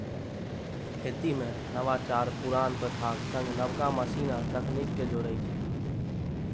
खेती मे नवाचार पुरान प्रथाक संग नबका मशीन आ तकनीक कें जोड़ै छै